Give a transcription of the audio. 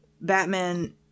Batman